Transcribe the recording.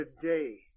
Today